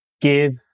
give